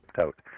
out